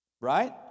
Right